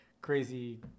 crazy